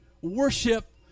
worship